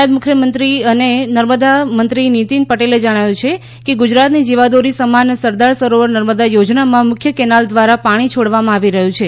નાયબ મુખ્યમંત્રી અને નર્મદા મંત્રી નીતિન પટેલે જણાવ્યુ છે કે ગુજરાતની જીવાદોરી સમાન સરદાર સરોવર નર્મદા થોજનામાં મુખ્ય કેનાલ દ્વારા પાણી છોડવામાં આવી રહ્યુ છે